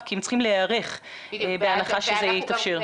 כי הם צריכים להיערך בהנחה שזה יתאפשר.